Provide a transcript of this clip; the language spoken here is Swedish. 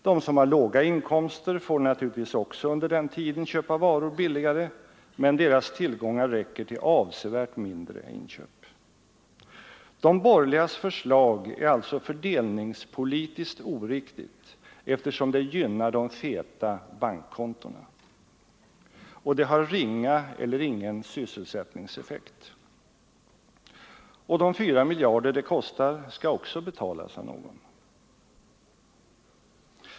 De som har låga inkomster får naturligtvis också under den tiden köpa varor billigare, men deras tillgångar räcker till avsevärt mindre inköp. De borgerligas förslag är alltså fördelningspolitiskt oriktigt, eftersom det gynnar de feta bankkontona. Och det har ringa eller ingen sysselsättningseffekt. Och de 4 miljarder som det kostar skall också betalas av någon.